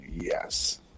Yes